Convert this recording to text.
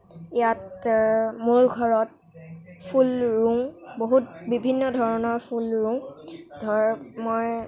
ইয়াত মোৰ ঘৰত ফুল ৰুওঁ বহুত বিভিন্ন ধৰণৰ ফুল ৰুওঁ ধৰক মই